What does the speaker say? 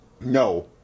No